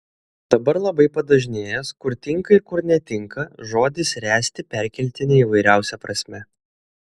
dabar labai padažnėjęs kur tinka ir kur netinka žodis ręsti perkeltine įvairiausia prasme